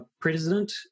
president